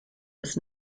was